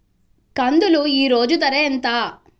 కందులు ఈరోజు ఎంత ధర?